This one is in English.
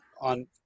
on –